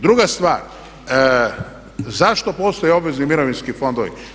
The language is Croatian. Druga stvar, zašto postoje obvezni mirovinski fondovi?